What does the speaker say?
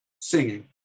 singing